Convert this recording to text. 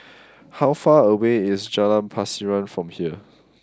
how far away is Jalan Pasiran from here